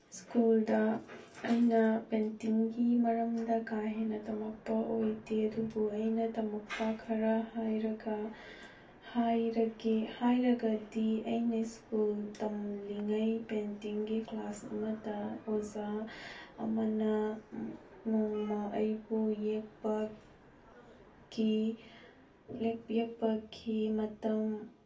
ꯁ꯭ꯀꯨꯜꯗ ꯑꯩꯅ ꯄꯦꯟꯇꯤꯡꯒꯤ ꯃꯔꯝꯗ ꯀꯥ ꯍꯦꯟꯅ ꯇꯝꯃꯛꯄ ꯑꯣꯏꯗꯦ ꯑꯗꯨꯕꯨ ꯑꯩꯅ ꯇꯝꯃꯛꯄ ꯈꯔ ꯍꯥꯏꯔꯒ ꯍꯥꯏꯔꯒꯦ ꯍꯥꯏꯔꯒꯗꯤ ꯑꯩꯅ ꯁ꯭ꯀꯨꯜ ꯇꯝꯂꯤꯉꯩ ꯄꯦꯟꯇꯤꯡꯒꯤ ꯀ꯭ꯂꯥꯁ ꯑꯃꯗ ꯑꯣꯖꯥ ꯑꯃꯅ ꯅꯣꯡꯃ ꯑꯩꯕꯨ ꯌꯦꯛꯄ ꯀꯤ ꯂꯦꯛꯄꯤꯔꯛꯄꯒꯤ ꯃꯇꯝ